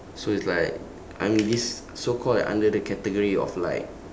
so it's like I'm this so called under the category of like